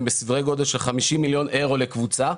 הם בסדר גודל של 50 מיליון ארו לקבוצה,